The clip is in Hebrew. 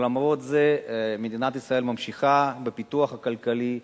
ולמרות זה מדינת ישראל ממשיכה בפיתוח הכלכלי,